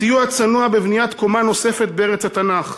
סיוע צנוע בבניית קומה נוספת בארץ התנ"ך,